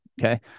okay